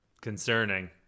concerning